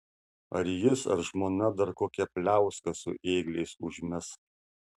ar jis ar žmona dar kokią pliauską su ėgliais užmes